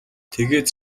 тэгээд